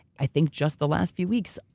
i think just the last few weeks,